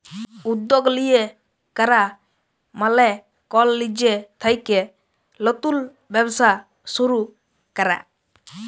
উদ্যগ লিয়ে ক্যরা মালে কল লিজে থ্যাইকে লতুল ব্যবসা শুরু ক্যরা